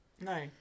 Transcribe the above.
No